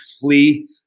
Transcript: flee